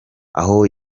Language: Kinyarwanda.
aho